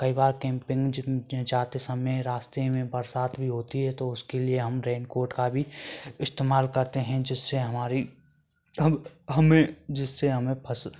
कई बार कैंपिंग जाते समय रास्ते में बरसात भी होती है तो उसके लिए हम रेनकोट का भी इस्तेमाल करते हैं जिससे हमारी हम हमें जिससे हमें फस